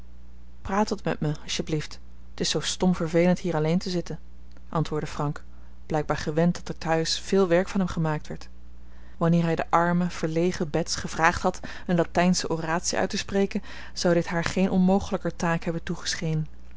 praat wat met me als t je blieft t is zoo stom vervelend hier alleen te zitten antwoordde frank blijkbaar gewend dat er tehuis veel werk van hem gemaakt werd wanneer hij de arme verlegen bets gevraagd had een latijnsche oratie uit te spreken zou dit haar geen onmogelijker taak hebben